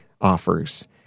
offers